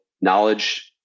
knowledge